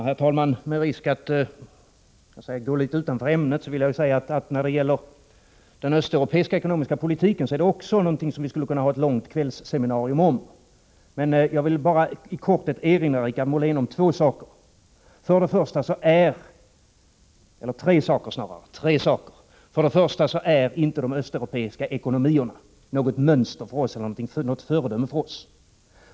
Herr talman! Med risk att gå litet utanför ämnet vill jag säga att den östeuropeiska ekonomiska politiken också den är någonting som vi skulle kunna ha ett långt kvällsseminarium om. Jag vill bara i korthet erinra Per-Richard Molén om tre saker. För det första är inte de östeuropeiska ekonomierna något mönster eller föredöme för oss.